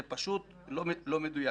זה פשוט לא מדויק.